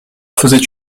faisait